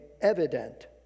evident